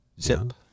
zip